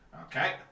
Okay